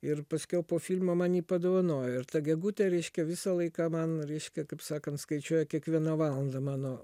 ir paskiau po filmo man jį padovanojo ir ta gegutė reiškia visą laiką man reiškia kaip sakant skaičiuoja kiekvieną valandą mano